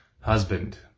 husband